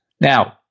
Now